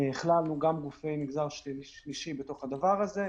הכללנו גם גופי מגזר שלישי בתוך הדבר הזה,